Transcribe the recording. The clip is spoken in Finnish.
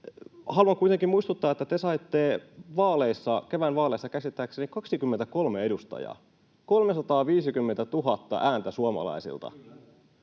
Haluan kuitenkin muistuttaa, että te saitte kevään vaaleissa käsittääkseni 23 edustajaa, 350 000 ääntä suomalaisilta